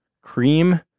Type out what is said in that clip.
cream